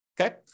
Okay